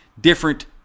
different